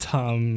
Tom